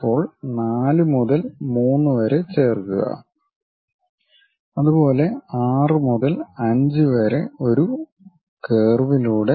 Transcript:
ഇപ്പോൾ 4 മുതൽ 3 വരെ ചേർക്കുക അതുപോലെ 6 മുതൽ 5 വരെ ഒരു കർവിലൂടെ